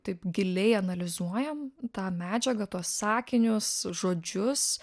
taip giliai analizuojam tą medžiagą tuos sakinius žodžius